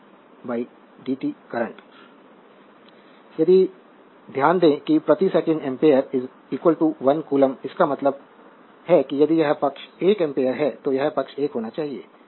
slide समय देखें 2011 यदि ध्यान दें कि प्रति सेकंड 1 एम्पीयर 1 कोलोम्बस इसका मतलब है कि यदि यह पक्ष 1 एम्पीयर है तो यह पक्ष 1 होना चाहिए